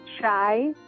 shy